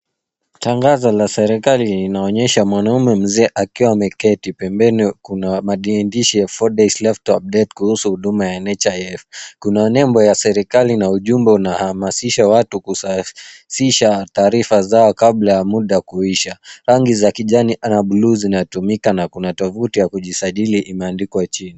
Tangazo la serikali linaonyesha mwanaume mzee akiwa ameketi. Pembeni kuna madi- maandishi ya [cs[4 Days Left kuhusu huduma ya NHIF. Kuna nembo ya serikali na ujumbe unahamasisha watu kusahihisha taarifa zao kabla ya muda kuisha. Rangi za kijani ama bluu zinatumika na kuna tovuti ya kujisajili imeandikwa chini.